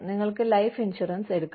നിങ്ങൾക്ക് life insurance എടുക്കാം